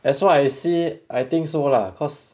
as long as see I think so lah cause